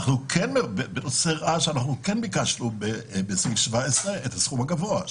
שבנושא רעש ביקשנו ב-2017 את הסכום הגבוה,